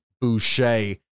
Boucher